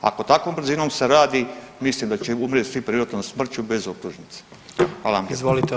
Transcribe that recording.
Ako takvom brzinom se radi, mislim da će umrijet svi prirodnom smrću bez optužnice.